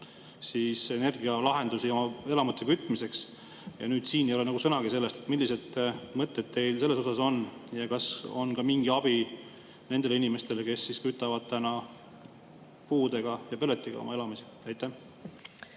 energialahendusi elamute kütmiseks. Siin ei ole sõnagi sellest. Millised mõtted teil selles suhtes on? Ja kas on ka mingi abi nendele inimestele, kes kütavad täna puude ja pelletiga oma elamisi? Aitäh!